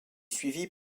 suivie